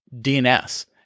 DNS